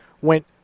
went